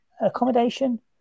accommodation